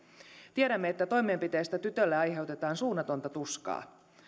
tiedämme että toimenpiteessä tytölle aiheutetaan suunnatonta tuskaa